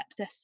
sepsis